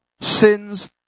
sin's